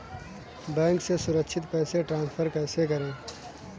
Bank से सुरक्षित पैसे ट्रांसफर कैसे करें?